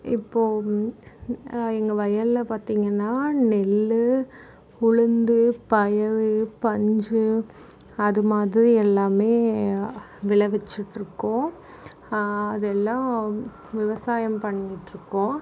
இப்போது எங்கள் வயலில் பார்த்திங்கன்னா நெல் உளுந்து பயறு பஞ்சு அது மாதிரி எல்லாமே விளைவிச்சிட்ருக்கோம் அது எல்லாம் விவசாயம் பண்ணிட்டிருக்கோம்